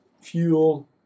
fuel